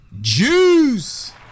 Juice